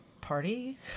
party